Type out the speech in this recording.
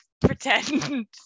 pretend